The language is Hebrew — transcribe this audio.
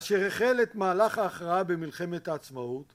שהחל את מהלך ההכרעה במלחמת העצמאות